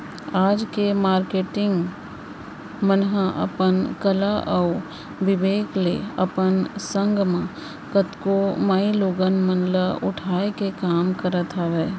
आज के मारकेटिंग मन ह अपन कला अउ बिबेक ले अपन संग म कतको माईलोगिन मन ल उठाय के काम करत हावय